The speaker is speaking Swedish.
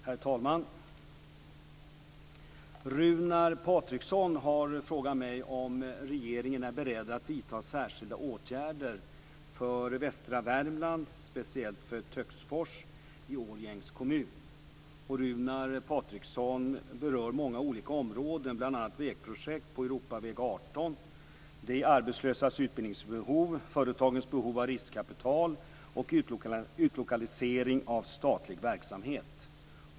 Herr talman! Runar Patriksson har frågat mig om regeringen är beredd att vidta särskilda åtgärder för västra Värmland, speciellt för Töcksfors i Årjängs kommun. Runar Patriksson berör många olika områden, bl.a. vägprojekt på Europaväg 18, de arbetslösa utbildningsbehov, företagens behov av riskkapital och utlokalisering av statlig verksamhet.